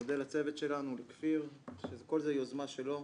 מודה לצוות שלנו, לכפיר שכל זו יוזמה שלו.